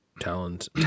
talons